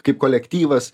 kaip kolektyvas